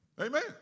Amen